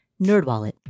Nerdwallet